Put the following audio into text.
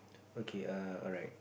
okay uh alright